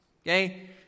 Okay